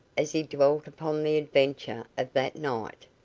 as he dwelt upon the adventure of that night.